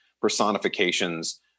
personifications